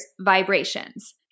vibrations